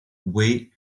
weighs